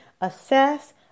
assess